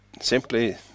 simply